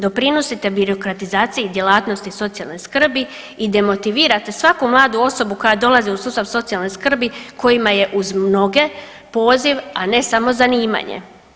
Doprinosite birokratizaciji djelatnosti socijalne skrbi i demotivirate svaku mladu osobu koja dolazi u sustav socijalne skrbi kojima je uz mnoge poziv, a ne samo zanimanje.